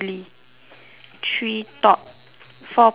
three thought four personal